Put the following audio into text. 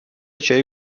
چایی